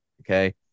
okay